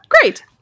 Great